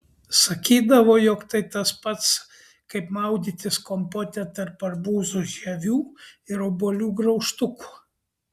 sakydavo jog tai tas pats kaip maudytis kompote tarp arbūzų žievių ir obuolių graužtukų